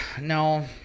no